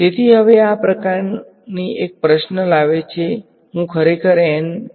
તેથી હવે આ પ્રકારની એક પ્રશ્ન લાવે છે કે હું ખરેખર n કેવી રીતે પસંદ કરી શકું